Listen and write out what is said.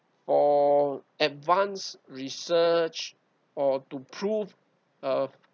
for advance research or to prove a